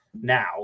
now